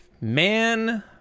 Man